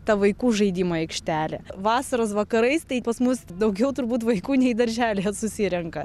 ta vaikų žaidimų aikštelė vasaros vakarais tai pas mus daugiau turbūt vaikų nei darželyje susirenka